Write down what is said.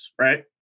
right